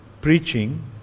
preaching